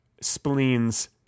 spleen's